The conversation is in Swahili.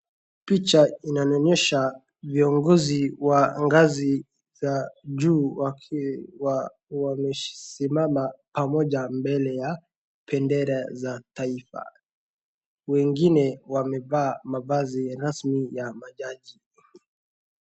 Picha inanionyesha viongozi wa ngazi za juu wamesimama pamoja mbele ya bendera za taifa. Wengine wamevaa mavazi rasmi ya majaji.